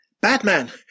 Batman